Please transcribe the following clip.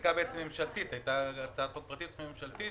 החקיקה הממשלתית הייתה הצעת חוק פרטית וממשלתית,